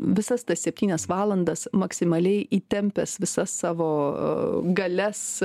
visas tas septynias valandas maksimaliai įtempęs visas savo galias